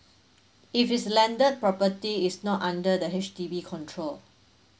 if it's landed property is not under the H_D_B control